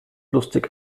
lustig